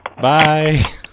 Bye